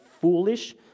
foolish